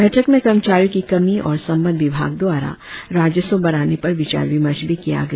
बैठक में कर्मचारियों की कमी और संबंद्ध विभाग द्वारा राजस्व बढ़ाने पर विचार विमर्श भी किया गया